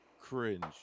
cringe